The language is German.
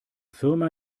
firma